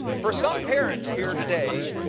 for some parents here today,